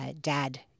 dad